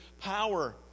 power